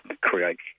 create